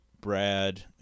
Brad